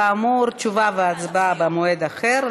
כאמור, תשובה והצבעה במועד אחר.